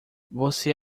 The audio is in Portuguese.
você